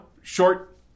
short